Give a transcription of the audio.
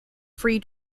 free